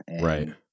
Right